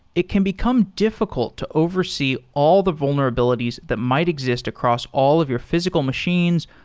it can become difficult to oversee all the vulnerabilities that might exist across all of your physical machines,